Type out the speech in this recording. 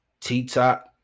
T-Top